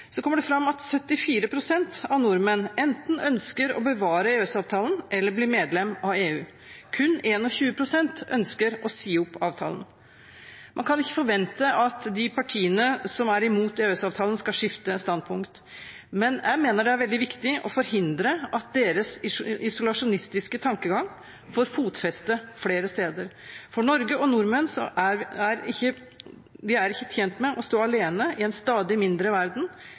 kommer det fram at 74 pst. av nordmenn ønsker enten å bevare EØS-avtalen eller å bli medlem av EU. Kun 21 pst. ønsker å si opp avtalen. Man kan ikke forvente at de partiene som er imot EØS-avtalen, skal skifte standpunkt, men jeg mener det er veldig viktig å forhindre at deres isolasjonistiske tankegang får fotfeste flere steder. Norge og nordmenn er ikke tjent med å stå alene i en stadig mindre verden.